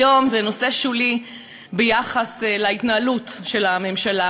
היום זה נושא שולי ביחס להתנהלות של הממשלה.